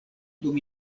dum